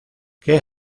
que